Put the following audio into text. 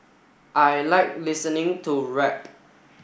I like listening to rap